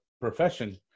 profession